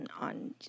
on